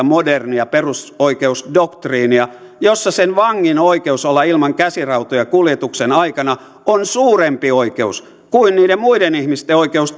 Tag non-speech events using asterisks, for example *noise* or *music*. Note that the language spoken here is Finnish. *unintelligible* modernia perusoikeusdoktriinia jossa sen vangin oikeus olla ilman käsirautoja kuljetuksen aikana on suurempi oikeus kuin niiden muiden ihmisten oikeus *unintelligible*